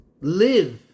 Live